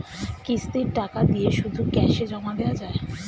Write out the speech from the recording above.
কিস্তির টাকা দিয়ে শুধু ক্যাসে জমা দেওয়া যায়?